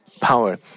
power